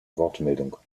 wortmeldung